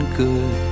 good